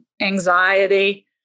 anxiety